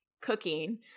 cooking